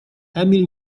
emil